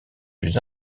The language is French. plus